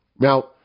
Now